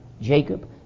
Jacob